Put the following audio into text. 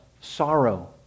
sorrow